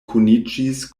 kuniĝis